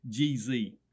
GZ